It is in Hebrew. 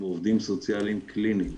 ומעובדים סוציאליים קליניים,